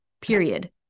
period